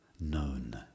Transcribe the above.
known